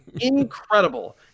incredible